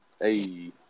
Hey